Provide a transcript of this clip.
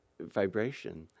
vibration